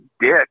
dick